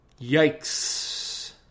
yikes